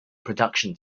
production